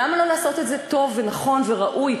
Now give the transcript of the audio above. למה לא לעשות את זה טוב, ונכון, וראוי?